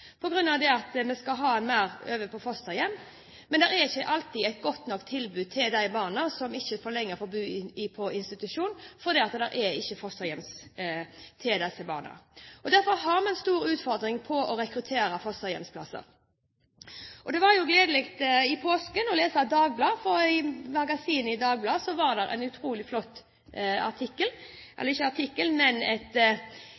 at vi skal ha flere over i fosterhjem. Men det er ikke alltid et godt nok tilbud til de barna som ikke lenger får bo på institusjon, for det er ikke fosterhjem til disse barna. Derfor har vi en stor utfordring med å rekruttere fosterhjemsplasser. Det var gledelig å lese i Dagbladet i påsken, for i Magasinet var det en utrolig flott